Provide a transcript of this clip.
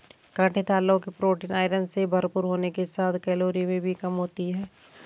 काँटेदार लौकी protein, iron से भरपूर होने के साथ कैलोरी में भी कम होती है